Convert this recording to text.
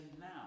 now